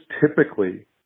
typically